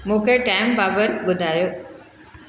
मूंखे टैम बाबति ॿुधायो